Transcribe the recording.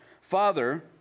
Father